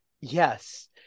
Yes